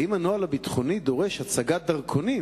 האם הנוהל הביטחוני דורש הצגת דרכונים